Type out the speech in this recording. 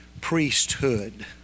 priesthood